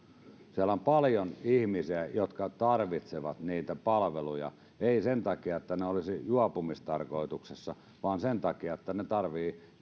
siellä on paljon ihmisiä jotka tarvitsevat niitä palveluja ei sen takia että he olisivat juopumistarkoituksessa vaan sen takia että heidän tarvitsee